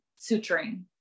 suturing